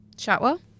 Shotwell